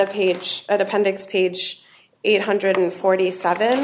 the page at appendix page eight hundred and forty seven